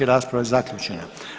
Rasprava je zaključena.